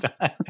time